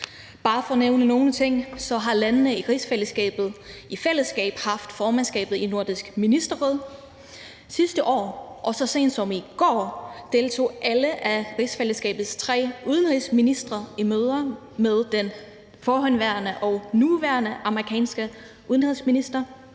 i rigsfællesskabet har i fællesskab haft formandskabet i Nordisk Ministerråd sidste år, og så sent som i går deltog alle af rigsfællesskabets tre udenrigsministre i møder med den nuværende amerikanske udenrigsminister.